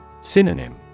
Synonym